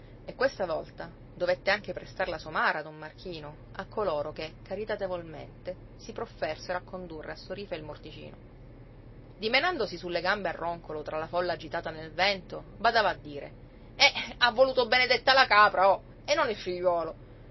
e questa volta dovette anche prestar la somara don marchino a coloro che caritatevolmente si proffersero di condurre a sorífa il morticino dimenandosi sulle gambe a roncolo tra la folla agitata nel vento badava a dire e ha voluto benedetta la capra oh e non il figliuolo